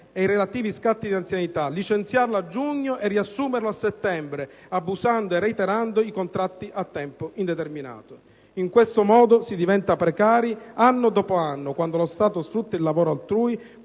i relativi scatti di anzianità, licenziandolo a giugno per riassumerlo a settembre, reiterando i contratti a tempo determinato e abusandone. In questo modo si diventa precari anno dopo anno, quando lo Stato sfrutta il lavoro altrui,